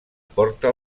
porta